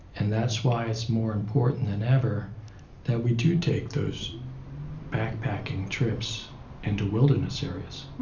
and that's why it's more important than ever that we do take those backpacking trips into wilderness areas,